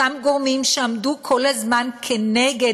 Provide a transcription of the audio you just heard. אותם גורמים שעמדו כל הזמן נגד